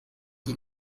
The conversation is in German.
die